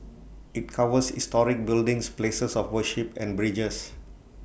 IT covers historic buildings places of worship and bridges